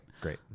Great